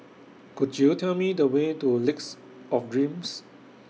Could YOU Tell Me The Way to Lakes of Dreams